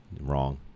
Wrong